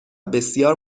بسیار